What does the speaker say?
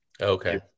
okay